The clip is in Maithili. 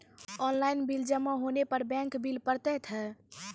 ऑनलाइन बिल जमा होने पर बैंक बिल पड़तैत हैं?